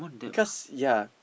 because ya